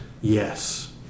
Yes